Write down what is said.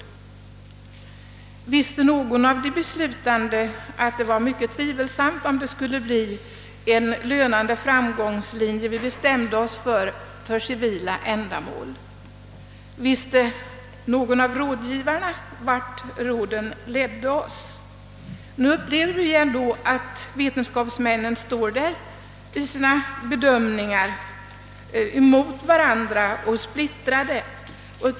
Visste någon av de beslutande att det var mycket tvivelaktigt huruvida det alternativ vi valde för atomkraftens civila utnyttjande skulle bli en lönande framgångslinje? Visste någon av rådgivarna vart råden ledde oss? Nu upplever vi ändå att vetenskapsmännens bedömningar står mot varandra och är splittrade.